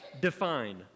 define